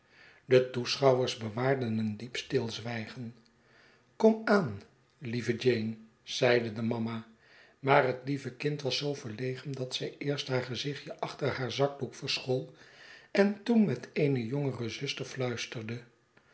de toeschouwers bewaarden een diep stilzwijgen kom aan lieve jane i zeide de mama maar het lieve kind was zoo verlegen dat zij eerst haar gezichtje achter haar zakdoek verschool en toen met eene jongere zuster fluisterde